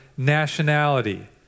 nationality